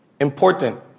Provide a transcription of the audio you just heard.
important